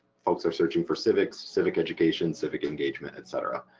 folks are searching for civics, civic education, civic engagement etc.